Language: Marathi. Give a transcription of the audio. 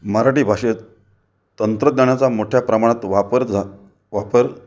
मराठी भाषेत तंत्रज्ञानाचा मोठ्या प्रमाणात वापर झा वापर